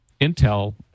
Intel